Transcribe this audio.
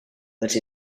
but